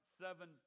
seven